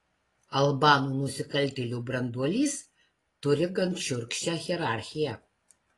albanų nusikaltėlių branduolys turi gan šiurkščią hierarchiją